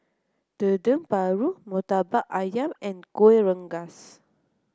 Dendeng Paru Murtabak Ayam and Gueh Rengas